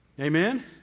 Amen